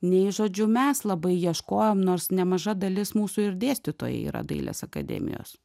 nei žodžiu mes labai ieškojom nors nemaža dalis mūsų ir dėstytojai yra dailės akademijos